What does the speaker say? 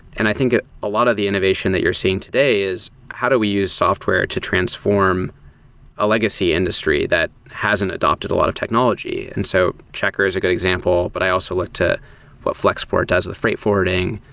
and i think a a lot of the innovation that you're seeing today is how do we use software to transform a legacy industry that hasn't adapted a lot of technology. and so, checker is a good example, but i also looked at what flexport does with freight forwarding.